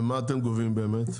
ומה אתם גובים באמת?